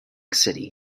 city